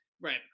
right